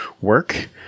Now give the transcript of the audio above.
work